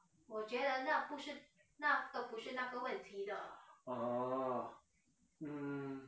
orh